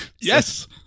Yes